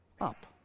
up